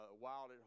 wild